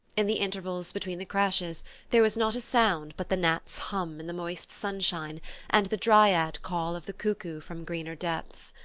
in the intervals between the crashes there was not a sound but the gnats' hum in the moist sunshine and the dryad-call of the cuckoo from greener depths.